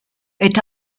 est